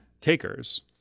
takers